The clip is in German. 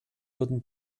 würden